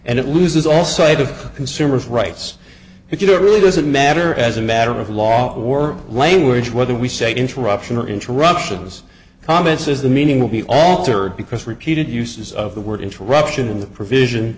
and it loses all sight of consumers rights if you do it really doesn't matter as a matter of law or language whether we say interruption or interruptions comments is the meaning will be altered because repeated uses of the word interruption in the provision